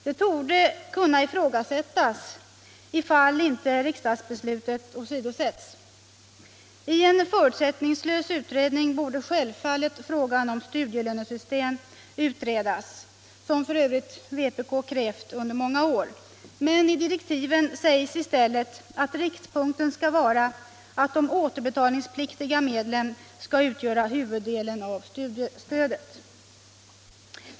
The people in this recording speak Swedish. Det torde kunna ifrågasättas ifall inte riksdagsbeslutet åsidosätts. I en förutsättningslös utredning borde självfallet frågan om studielönesystem utredas —- som f.ö. vpk krävt under många år — men i direktiven sägs i stället att riktpunkten skall vara att de återbetalningspliktiga medlen skall utgöra huvuddelen av studiestödet.